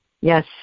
Yes